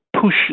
push